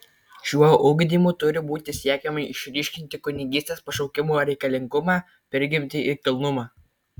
šiuo ugdymu turi būti siekiama išryškinti kunigystės pašaukimo reikalingumą prigimtį ir kilnumą